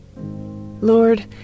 Lord